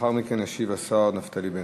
לאחר מכן ישיב השר נפתלי בנט.